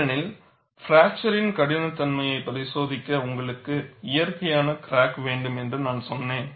ஏனெனில் பிராக்சர் கடினத்தன்மையை பரிசோதிக்க உங்களுக்கு இயற்கையான கிராக் வேண்டும் என்று நான் சொன்னேன்